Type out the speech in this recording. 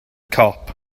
cop